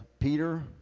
peter